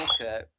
Okay